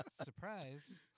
Surprise